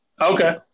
Okay